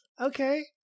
okay